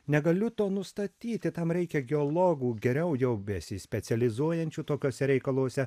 negaliu to nustatyti tam reikia geologų geriau jau besispecializuojančių tokiuose reikaluose